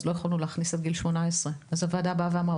ולכן לא יכולנו להכניס עד גיל 18. אז הוועדה אמרה,